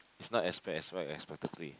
it's not as bad as what you expected to be